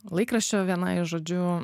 laikraščio viena iš žodžiu